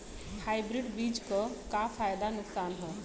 Hybrid बीज क का फायदा नुकसान ह?